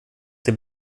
till